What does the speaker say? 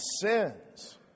sins